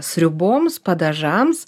sriuboms padažams